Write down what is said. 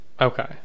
okay